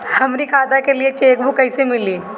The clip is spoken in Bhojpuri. हमरी खाता के लिए चेकबुक कईसे मिली?